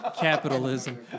Capitalism